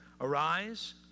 Arise